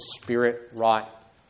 spirit-wrought